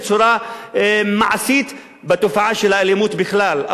בצורה מעשית בתופעה של האלימות בכלל.